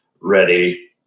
ready